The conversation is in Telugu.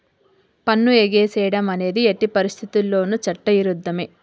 పన్ను ఎగేసేడం అనేది ఎట్టి పరిత్తితుల్లోనూ చట్ట ఇరుద్ధమే